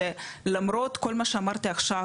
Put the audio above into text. שלמרות כל מה שאמרתי עכשיו,